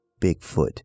Bigfoot